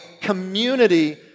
community